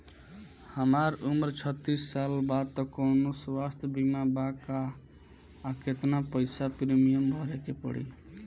हमार उम्र छत्तिस साल बा त कौनों स्वास्थ्य बीमा बा का आ केतना पईसा प्रीमियम भरे के पड़ी?